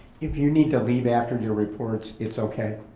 if you need to leave after your reports it's okay.